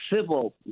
civil